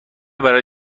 برای